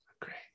great